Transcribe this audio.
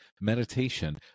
meditation